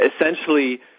essentially